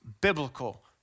biblical